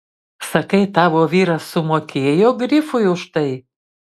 sakai tavo vyras sumokėjo grifui už tai